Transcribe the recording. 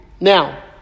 Now